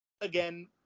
again